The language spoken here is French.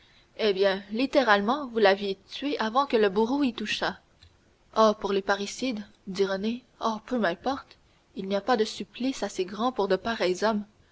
eh bien littéralement vous l'aviez tué avant que le bourreau y touchât oh pour les parricides dit renée oh peu m'importe il n'y a pas de supplice assez grand pour de pareils hommes